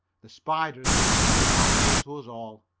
the spider has been very valuable to us all.